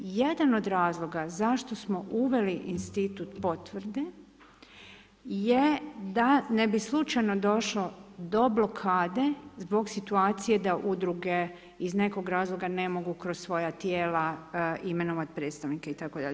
Jedan od razloga zašto smo uveli institut potvrde je da ne bi slučajno došlo do blokade zbog situacije da udruge iz nekog razloga ne mogu kroz svoja tijela imenovati predstavnike itd.